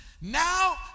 now